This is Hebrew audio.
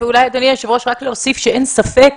ואולי אדוני היושב-ראש רק להוסיף שאין ספק,